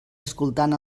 escoltant